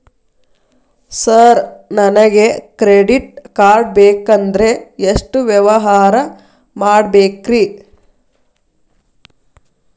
Sir ನನಗೆ credit card ಬೇಕಂದ್ರೆ ಎಷ್ಟು ವ್ಯವಹಾರ ಮಾಡಬೇಕ್ರಿ?